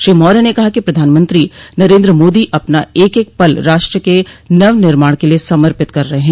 श्री मौर्य ने कहा कि प्रधानमंत्री नरेन्द्र मोदी अपना एक एक पल राष्ट्र के नव निर्माण के लिए समर्पित कर रहे हैं